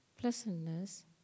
pleasantness